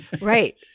Right